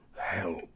help